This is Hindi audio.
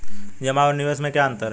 जमा और निवेश में क्या अंतर है?